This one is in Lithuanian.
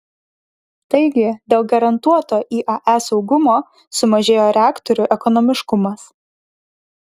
taigi dėl garantuoto iae saugumo sumažėjo reaktorių ekonomiškumas